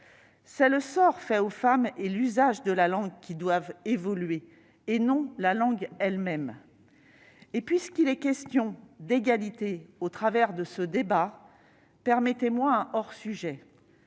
C'est le sort fait aux femmes et l'usage de la langue qui doivent évoluer et non la langue elle-même. Puisqu'il est question d'égalité au travers de ce débat, permettez-moi un hors sujet